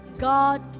God